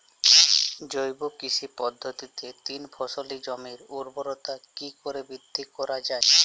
জৈব কৃষি পদ্ধতিতে তিন ফসলী জমির ঊর্বরতা কি করে বৃদ্ধি করা য়ায়?